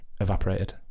evaporated